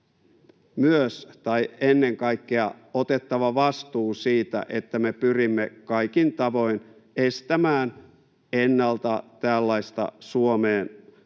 kuitenkin ennen kaikkea otettava vastuu siitä, että me pyrimme kaikin tavoin estämään ennalta tällaista Suomeen